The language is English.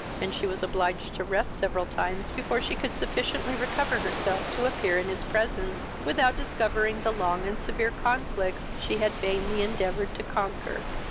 and she was obliged to rest several times before she could sufficiently recover herself to appear in his presence, without discovering the long and severe conflicts she had vainly endeavoured to conquer.